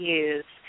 use